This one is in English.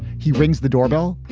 he rings the doorbell.